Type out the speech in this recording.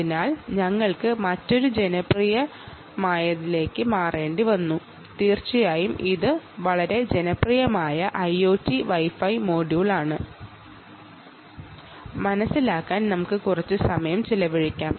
അതിനാൽ ഞങ്ങൾക്ക് മറ്റൊന്നിലേക്ക് മാറേണ്ടിവന്നു തീർച്ചയായും ഇത് വളരെ ജനപ്രിയമായ IoT Wi Fi മൊഡ്യൂളാണ് ഇത് മനസിലാക്കാൻ നമുക്ക് കുറച്ച് സമയം ചിലവഴിക്കാം